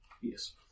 yes